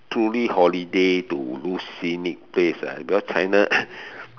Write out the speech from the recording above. truly holiday to those scenic place ah because China